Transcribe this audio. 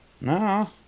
no